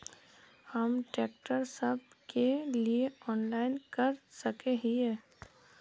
हम ट्रैक्टर सब के लिए ऑनलाइन कर सके हिये?